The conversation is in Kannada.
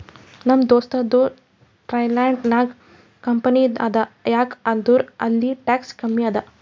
ನಮ್ ದೋಸ್ತದು ಥೈಲ್ಯಾಂಡ್ ನಾಗ್ ಕಂಪನಿ ಅದಾ ಯಾಕ್ ಅಂದುರ್ ಅಲ್ಲಿ ಟ್ಯಾಕ್ಸ್ ಕಮ್ಮಿ ಅದಾ